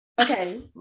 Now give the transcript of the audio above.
Okay